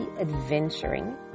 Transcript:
adventuring